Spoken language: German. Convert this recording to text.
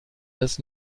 des